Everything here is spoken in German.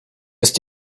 ist